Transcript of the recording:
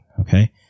okay